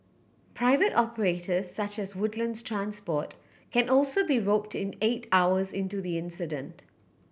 private operators such as Woodlands Transport can also be roped in eight hours into the incident